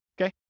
Okay